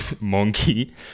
monkey